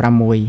៧៦ ។